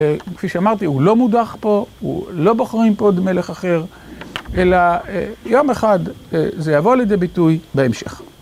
כפי שאמרתי, הוא לא מודח פה, לא בוחרים פה עוד מלך אחר, אלא יום אחד זה יבוא לידי ביטוי, בהמשך.